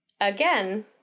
Again